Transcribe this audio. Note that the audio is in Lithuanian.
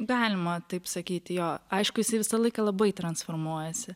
galima taip sakyti jo aišku jisai visą laiką labai transformuojasi